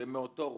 שהם מאותו רוב,